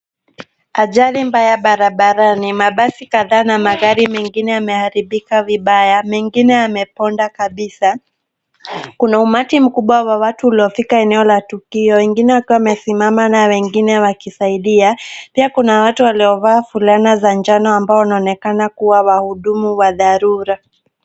Ajali mbaya barabarani. Mabasi kadhaa na magari mengine yameharibika vibaya, mengine yameponda kabisa. Kuna umati mkubwa wa watu uliofika eneo la tukio, wengine wakiwa wamesimama na wengine wakisadia. Pia kuna watu waliovaa fulana za njano ambao wanaonekana kuwa wahudumu wa dharura.